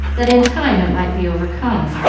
that in time it might be overcome.